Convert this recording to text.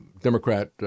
Democrat